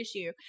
issue